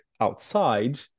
outside